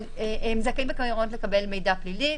אבל הם זכאים בעיקרון לקבל מידע פלילי.